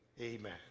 amen